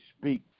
speak